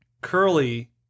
curly